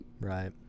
Right